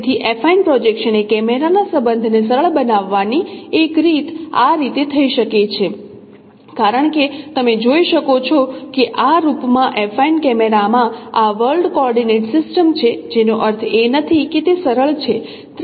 તેથી affine projection એ કેમેરાના સંબંધને સરળ બનાવવાની એક રીત આ રીતે થઈ શકે છે કારણ કે તમે જોઈ શકો છો કે આ રૂપમાં એફાઇન કેમેરામાં આ વર્લ્ડ કોઓર્ડિનેટ સિસ્ટમ છે જેનો અર્થ એ નથી કે તે સરળ છે